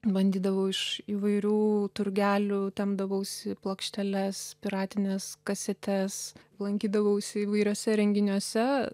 bandydavau iš įvairių turgelių tempdavausi plokšteles piratines kasetes lankydavausi įvairiuose renginiuose